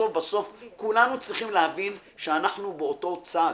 בסוף בסוף כולנו צריכים להבין שאנחנו באותו צד.